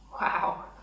Wow